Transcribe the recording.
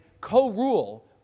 co-rule